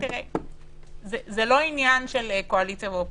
זה לא עניין של קואליציה ואופוזיציה.